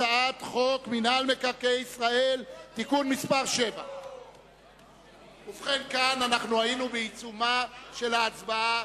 הצעת חוק מינהל מקרקעי ישראל (תיקון מס' 7). היינו בעיצומה של ההצבעה,